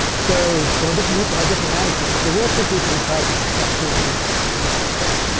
so, well, different people had different attitudes. there were some people who tried to construct theories that would account for this.